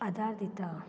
आदार दिता